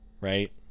right